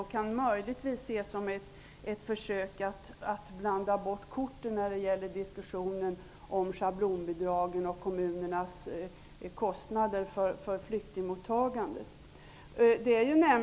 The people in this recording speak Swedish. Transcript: Det kan möjligtvis ses som ett försök att blanda bort korten när det gäller diskussionen om schablonbidragen och kommunernas kostnader för flyktingmottagandet.